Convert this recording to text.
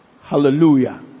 hallelujah